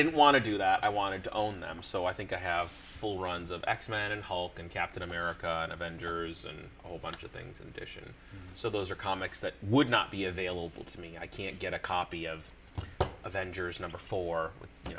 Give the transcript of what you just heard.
didn't want to do that i wanted to own them so i think i have full runs of x men and hulk and captain america and avengers and a whole bunch of things and vision so those are comics that would not be available to me i can't get a copy of avengers number four